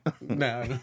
No